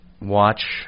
watch